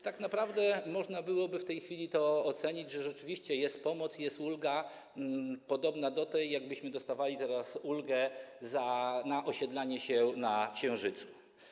Tak naprawdę można byłoby w tej chwili to ocenić tak, że rzeczywiście jest pomoc i jest ulga podobna do tej, jaką byśmy dostawali teraz na osiedlanie się na Księżycu.